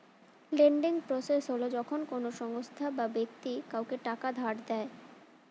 lending process হল যখন কোনো সংস্থা বা ব্যক্তি কাউকে টাকা ধার দেয়